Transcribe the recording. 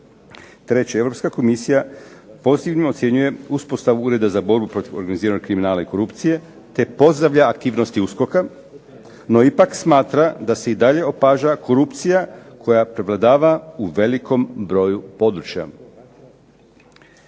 Treće, Europska komisija pozitivno ocjenjuje uspostavu Ureda za borbu protiv organiziranog kriminala i korupcije, te pozdravlja aktivnosti USKOK-a. No ipak smatra da se i dalje opaža korupcija koja prevladava u velikom broju područja.